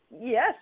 Yes